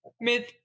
mid